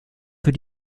für